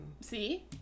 See